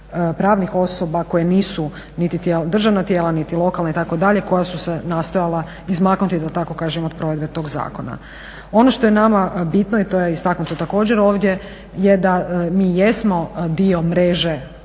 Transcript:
pravnih osoba koje nisu niti državna tijela niti lokalna itd. koja su se nastojala izmaknuti da tako kažem od provedbe toga zakona. Ono što je nama bitno, a to je istaknuto također ovdje je da mi jesmo dio mreže